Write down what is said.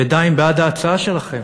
ידיים בעד ההצעה שלכם.